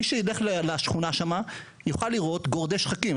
מי שילך לשכונה שם יוכל לראות גורדי שחקים,